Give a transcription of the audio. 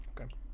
Okay